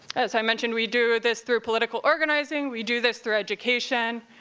as i mentioned, we do this through political organizing, we do this through education.